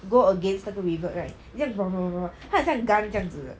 go against 那个 revert right 你将 blah blah blah blah 它很像 gun 将子的